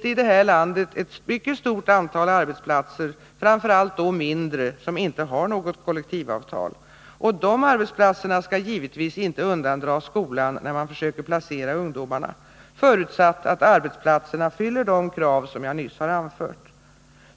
det här i landet ett mycket stort antal arbetsplatser, framför allt mindre, som inte har något kollektivavtal. Dessa arbetsplatser skall givetvis inte undandras skolan när man försöker placera ungdomarna — förutsatt att arbetsplatserna uppfyller de krav som jag nyss har anfört.